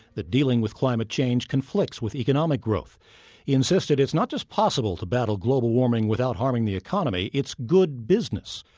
that dealing with climate change conflicts with economic growth. he insisted it's not just possible to battle global warming without harming the economy it's good business.